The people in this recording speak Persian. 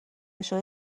شده